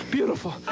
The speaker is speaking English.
Beautiful